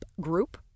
group